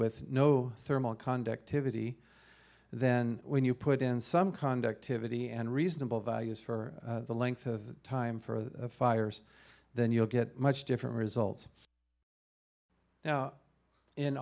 with no thermal conductivity then when you put in some conductivity and reasonable values for the length of time for fires then you'll get much different results now in